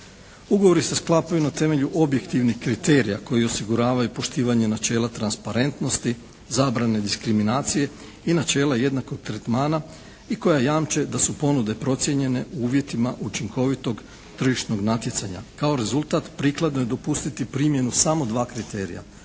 Ugovori se sklapaju na temelju objektivnih kriterija koji osiguravaju poštivanje načela transparentnosti, zabrane diskriminacije i načela jednakog tretmana i koja jamče da su ponude procijenjene uvjetima učinkovitog tržišnog natjecanja. Kao rezultat prikladno je dopustiti primjenu samo dva kriterija